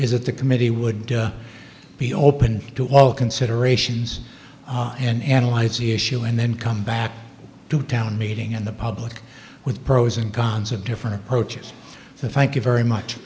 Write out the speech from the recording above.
that the committee would be open to all considerations and analyze the issue and then come back to town meeting in the public with pros and cons of different approaches to thank you very much